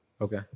Okay